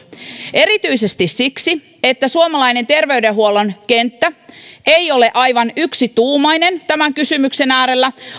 erityisesti siksi että suomalainen terveydenhuollon kenttä ei ole aivan yksituumainen tämän kysymyksen äärellä